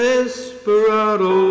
Desperado